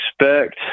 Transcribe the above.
expect